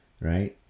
right